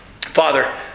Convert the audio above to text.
Father